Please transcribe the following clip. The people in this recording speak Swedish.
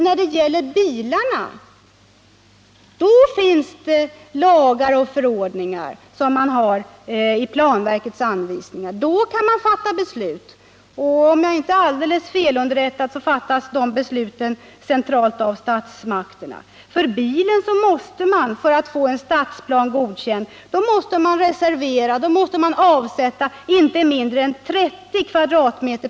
När det gäller bilar finns det däremot lagar och förordningar och regler i planverkets anvisningar. Då kan man fatta beslut, och om jag inte är alldeles felunderrättad fattas de besluten centralt av statsmakterna. För bilen måste man för att få en stadsplan godkänd avsätta inte mindre än 30 m?